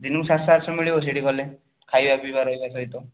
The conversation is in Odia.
ଦିନକୁ ସାତଶହ ଆଠଶହ ମିଳିବ ସେଇଠି ଗଲେ ଖାଇବା ପିଇବା ରହିବା ସହିତ